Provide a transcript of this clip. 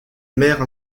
mère